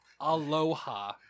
Aloha